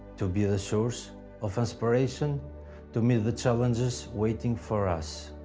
to be the source of inspiration to meet the challenges waiting for us.